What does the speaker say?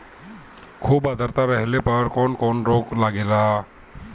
खुब आद्रता रहले पर कौन कौन रोग लागेला?